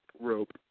rope